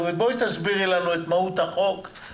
תסבירי לנו את מהות הצעת החוק,